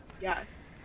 Yes